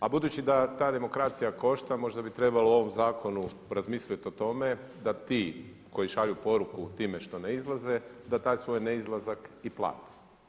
A budući da ta demokracija košta možda bi trebalo ovom zakonu razmislit o tome da ti koji šalju poruku time što ne izlaze da taj svoj neizlazak i plate.